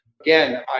again